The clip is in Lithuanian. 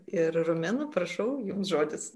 ir romena prašau jums žodis